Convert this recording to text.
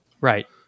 right